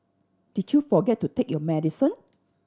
did you forget to take your medicine